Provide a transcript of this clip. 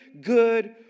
good